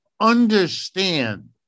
understand